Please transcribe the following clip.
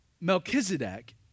Melchizedek